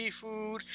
seafood